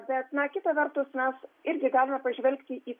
bet na kita vertus mes irgi galime pažvelgti į